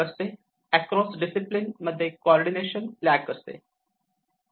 across discipline मध्ये coordination lack असते